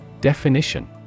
Definition